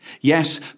Yes